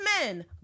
men